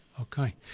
Okay